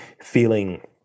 feeling